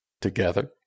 together